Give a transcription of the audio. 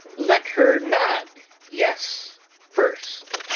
let her nod yes first.